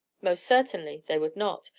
most certainly they would not,